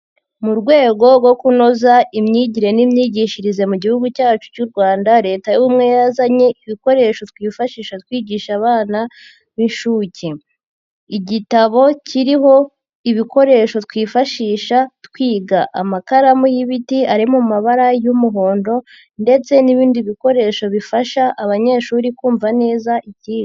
Mu rwego rwo kunoza imyigire n'imyigishirize mu Gihugu cyacu cy'u Rwanda Leta y'Ubumwe yazanye ibikoresho twifashisha twigisha abana b'inshuke, igitabo kiriho ibikoresho twifashisha twiga, amakaramu y'ibiti ari mu mabara y'umuhondo ndetse n'ibindi bikoresho bifasha abanyeshuri kumva neza icyigwa.